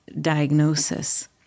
diagnosis